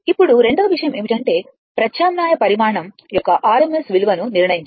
ఇప్పుడు రెండవ విషయం ఏమిటంటే ప్రత్యామ్నాయ పరిమాణం యొక్క RMS విలువను నిర్ణయించడం